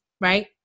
right